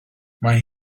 mae